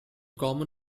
common